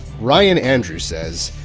ryan andrew says,